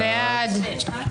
מי נגד?